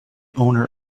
owner